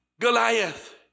Goliath